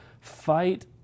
fight